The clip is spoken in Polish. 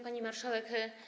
Pani Marszałek!